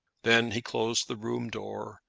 then he closed the room door,